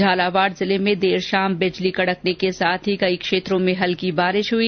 झालावाड जिले में देर शाम बिजली कडकने के साथ ही कई क्षेत्रों में हल्की बरसात हुई